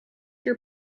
your